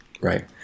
right